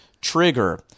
trigger